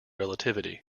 relativity